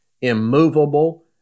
immovable